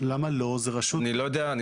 שבכלל חל עליו פקודת המיסים (גבייה).